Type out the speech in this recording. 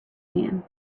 man